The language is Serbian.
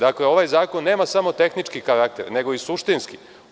Dakle, ovaj zakon nema samo tehnički karakter nego i suštinski.